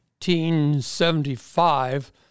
1975